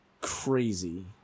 crazy